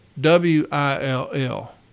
W-I-L-L